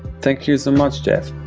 thank you so much, jeff.